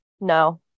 No